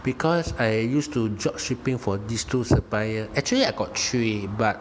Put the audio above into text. because I used to drop shipping for these two supplier actually I got three but